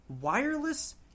wireless